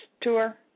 tour